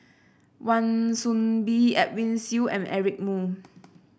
Wan Soon Bee Edwin Siew and Eric Moo